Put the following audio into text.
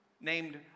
named